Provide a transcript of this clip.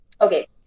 okay